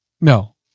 No